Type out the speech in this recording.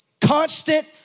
Constant